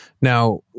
Now